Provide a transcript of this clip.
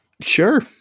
sure